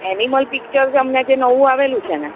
animal picture જે હમણાં જે નવું આવેલું છેને